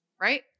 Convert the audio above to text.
right